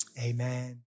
amen